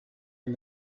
and